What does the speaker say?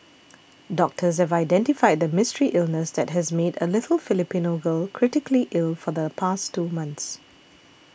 doctors have identified the mystery illness that has made a little Filipino girl critically ill for the past two months